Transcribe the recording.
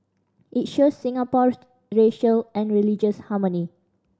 it shows Singapore racial and religious harmony